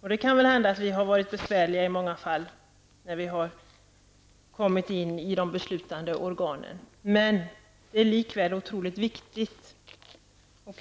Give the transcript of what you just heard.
Det kan hända att vi kvinnor har varit besvärliga i många fall när vi kommit in i de beslutande organen. Men det är likväl viktigt.